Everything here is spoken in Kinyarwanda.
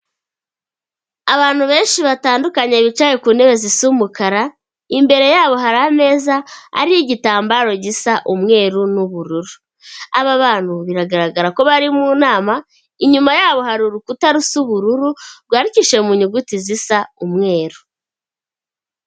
Abantu benshi batandukanye bicaye ku ntebe zisa umukara, imbere yabo hari ameza ariho igitambaro gisa umweru n'ubururu. Aba bantu biragaragara ko bari mu nama, inyuma yabo hari urukuta rusa ubururu, rwandikishije mu nyuguti zisa umweru.